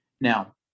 Now